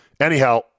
Anyhow